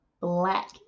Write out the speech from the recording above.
Black